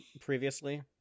previously